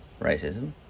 racism